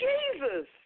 Jesus